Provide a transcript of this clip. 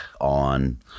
on